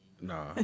Nah